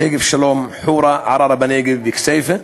שגב-שלום, חורה, ערערה בנגב וכסייפה,